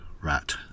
rat